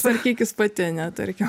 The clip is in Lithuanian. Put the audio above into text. tvarkykis pati ane tarkim